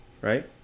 Right